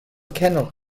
kennel